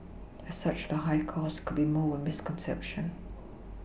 as such the high cost could be more of a misconception